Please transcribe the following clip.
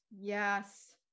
yes